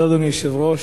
אדוני היושב-ראש,